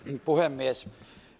puhemies